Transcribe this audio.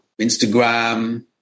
Instagram